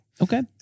Okay